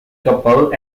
couple